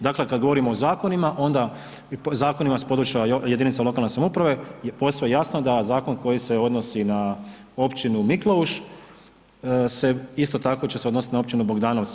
Dakle, kad govorimo o zakonima onda zakonima s područja jedinica lokalne samouprave posve je jasno da zakon koji se odnosi na općinu Mikleuš se, isto tako će se odnosit na općinu Bogdanovci.